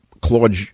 Claude